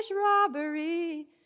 robbery